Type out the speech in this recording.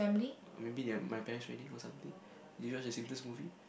oh maybe they're my parents wedding or something did you watch the Simpsons movie